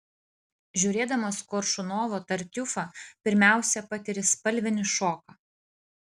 žiūrėdamas koršunovo tartiufą pirmiausia patiri spalvinį šoką